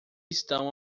estão